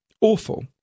awful